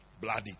bloody